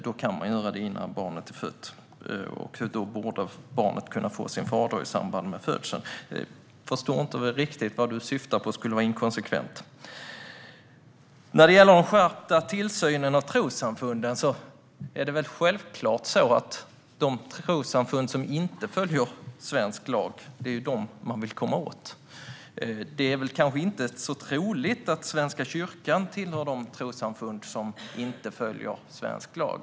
Då kan man göra det innan barnet är fött, så att barnet kan få sin fader i samband med födseln. Jag förstår inte riktigt vad Ola Johansson syftar på när han säger att det är inkonsekvent. När det gäller den skärpta tillsynen av trossamfunden är det självklart de trossamfund som inte följer svensk lag som man vill komma åt. Det är kanske inte så troligt att Svenska kyrkan tillhör de trossamfund som inte följer svensk lag.